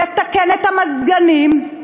לתקן את המזגנים,